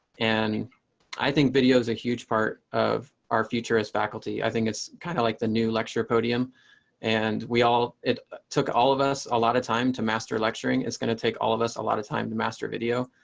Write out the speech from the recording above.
and i think video is a huge part of our future as faculty. i think it's kind of like the new lecture podium and we all it took all of us a lot of time to master lecturing. it's going to take all of us a lot of time to master video,